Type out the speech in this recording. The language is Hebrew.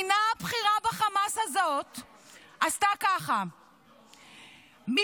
הקצינה הבכירה בחמאס הזאת עשתה ככה: היא